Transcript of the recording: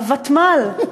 הוותמ"ל.